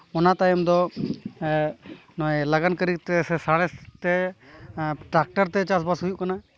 ᱚᱱᱟ ᱛᱟᱭᱚᱢ ᱫᱚ ᱱᱚᱜᱼᱚᱭ ᱞᱟᱜᱟᱱ ᱠᱟᱹᱨᱤ ᱛᱮ ᱥᱮ ᱥᱟᱬᱮᱥ ᱛᱮ ᱴᱨᱟᱠᱴᱟᱨ ᱛᱮ ᱪᱟᱥᱵᱟᱥ ᱦᱩᱭᱩᱜ ᱠᱟᱱᱟ